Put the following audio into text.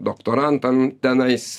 doktorantam tenais